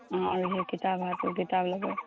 आओर जे किताब होयत किताब लेबै